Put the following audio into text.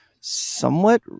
somewhat